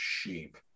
sheep